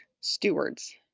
stewards